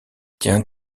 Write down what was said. tiens